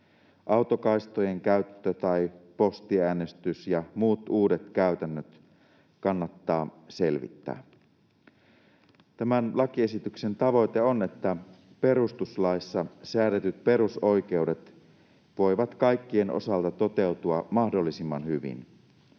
Autokaistojen käyttö tai postiäänestys ja muut uudet käytännöt kannattaa selvittää. Tämän lakiesityksen tavoite on, että perustuslaissa säädetyt perusoikeudet voivat kaikkien osalta toteutua mahdollisimman hyvin.